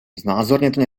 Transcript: znázorněte